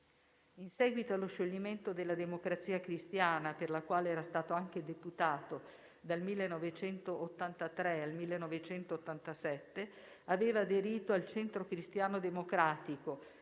In seguito allo scioglimento della Democrazia Cristiana, per la quale era stato anche deputato dal 1983 al 1987, aveva aderito al Centro Cristiano Democratico